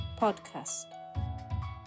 podcast